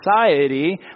society